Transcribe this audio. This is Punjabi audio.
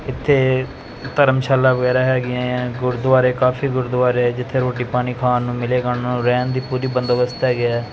ਇੱਥੇ ਧਰਮਸ਼ਾਲਾ ਵਗੈਰਾ ਹੈਗੀਆਂ ਆ ਗੁਰਦੁਆਰੇ ਕਾਫੀ ਗੁਰਦੁਆਰੇ ਹੈ ਜਿੱਥੇ ਰੋਟੀ ਪਾਣੀ ਖਾਣ ਨੂੰ ਮਿਲੇਗਾ ਉਹਨੂੰ ਰਹਿਣ ਦੀ ਪੂਰੀ ਬੰਦੋਬਸਤ ਹੈਗਾ ਹੈ